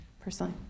personally